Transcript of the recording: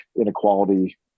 inequality